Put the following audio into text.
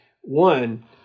one